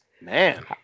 Man